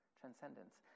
transcendence